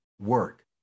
work